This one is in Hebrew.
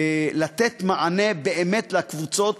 לתת באמת מענה לקבוצות,